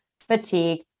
fatigue